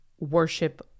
Worship